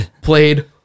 Played